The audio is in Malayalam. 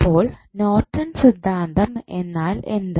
അപ്പോൾ നോർട്ടൺ സിദ്ധാന്തം എന്നാൽ എന്ത്